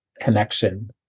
connection